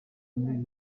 muri